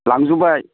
लांजोब्बाय